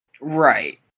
Right